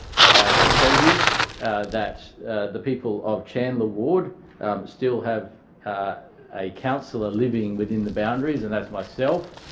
i can tell you that the people of chandler ward still have a councillor living within the boundaries and that's myself.